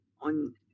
on